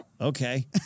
okay